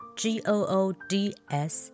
g-o-o-d-s